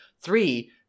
three